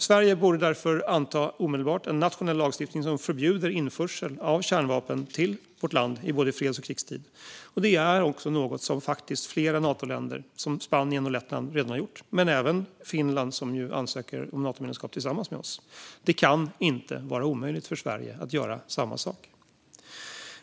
Sverige borde därför omedelbart anta en nationell lagstiftning som förbjuder införsel av kärnvapen till vårt land i både freds och krigstid. Det är också något som flera Natoländer, som Spanien och Lettland, redan har gjort men även Finland som ansöker om Natomedlemskap tillsammans med oss. Det kan inte vara omöjligt för Sverige att göra samma sak.